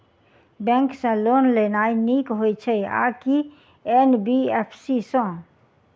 Bank सँ loan लेनाय नीक होइ छै आ की एन.बी.एफ.सी सँ?